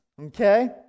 Okay